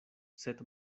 sed